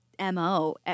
MO